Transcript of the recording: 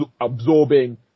absorbing